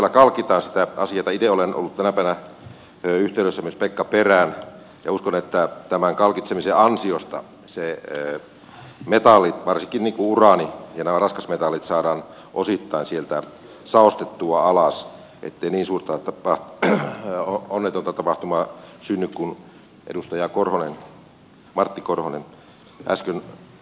itse olen ollut tänä päivänä yhteydessä myös pekka perään ja uskon että tämän kalkitsemisen ansiosta metallit varsinkin uraani ja nämä raskasmetallit saadaan osittain sieltä saostettua alas ettei niin onnetonta tapahtumaa synny kuin edustaja martti korhonen äsken kuvasi